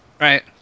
Right